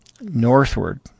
northward